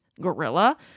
gorilla